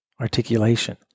articulation